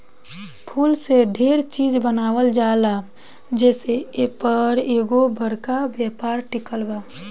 फूल से डेरे चिज बनावल जाला जे से एपर एगो बरका व्यापार टिकल बा